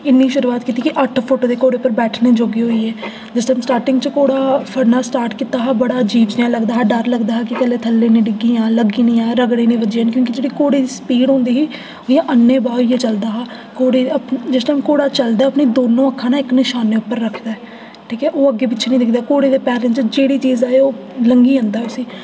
इन्नी शुरूआत कीती कि अट्ठ फुट्ट दे घोड़े पर बैठने जोह्गी होई गेई सिर्फ स्टार्टिंग च घोड़ा फड़ना स्टार्ट कीता हा बड़ा अजीब जनेहा लगदा हा डर लगदा कुतै थल्लै निं डिग्गी जा लग्गी निं जा रगड़े निं बज्जी जान जेह्ड़ी घोड़े दी स्पीड होंदी ही ओह् अन्ने बाह् होइयै चलदा हा घोड़े आपूं जिस दिन घोड़ा चलदा दोनों अक्खां इक नशाने पर रखदा ठीक ऐ ओह् अग्गें पिच्छें नेईं दिखदा घोड़े दे पैर च जो चीज आए ओह् लंघी जंदा उसी